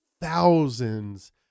thousands